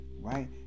right